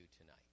tonight